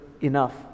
enough